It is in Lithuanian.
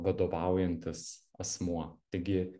vadovaujantis asmuo taigi